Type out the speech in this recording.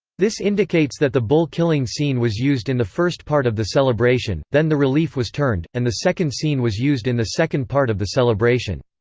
this indicates that the bull killing scene was used in the first part of the celebration, then the relief was turned, and the second scene was used in the second part of the celebration.